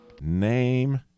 name